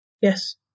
Yes